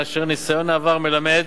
בחינה אשר ניסיון העבר מלמד